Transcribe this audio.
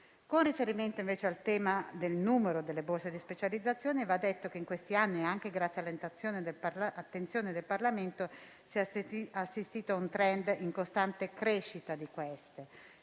Con riferimento, invece, al tema del numero delle borse di specializzazione, va detto che in questi anni, anche grazie all'attenzione del Parlamento, si è assistito a un *trend* in costante crescita.